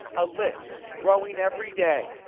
a list growing every day,